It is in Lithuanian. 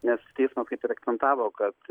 nes teismo kaip ir akcentavo kad